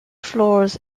floors